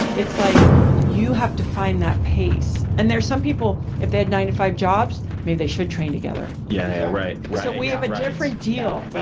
it's like you have to find that pace. and there are some people, if they had nine to five jobs, maybe they should train together. yeah so we have a different deal,